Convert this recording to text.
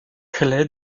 claix